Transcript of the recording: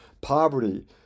poverty